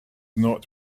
not